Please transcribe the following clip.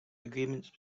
agreement